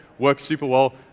work super well.